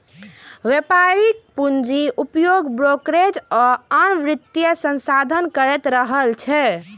व्यापारिक पूंजीक उपयोग ब्रोकरेज आ आन वित्तीय संस्थान करैत छैक